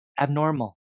abnormal